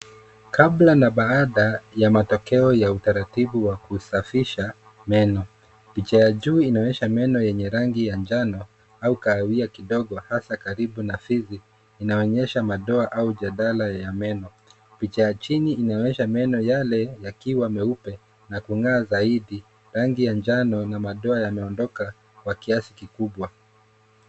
Kabla na baada ya matokeo ya utaratibu wa kusafisha meno. Picha ya juu inaonyesha meno yenye rangi ya njano au kahawia kidogo hasa karibu na fizi, inaonyesha madoa au jadala ya meno. Picha ya chini inaonyesha meno yale yakiwa meupe na kung'aa zaidi rangi ya njano na madoa yameondoka kwa kiasi kikubwa.